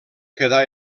quedà